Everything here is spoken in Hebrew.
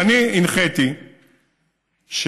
ואני הנחיתי שנעשה,